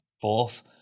fourth